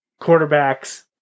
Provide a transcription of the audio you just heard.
quarterbacks